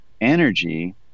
energy